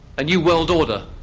a new world order,